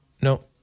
no